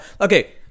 okay